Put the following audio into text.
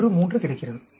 13 கிடைக்கிறது